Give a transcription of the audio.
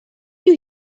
you